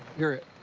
you're it.